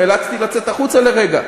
נאלצתי לצאת החוצה לרגע.